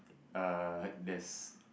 uh there's